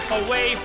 away